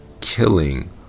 killing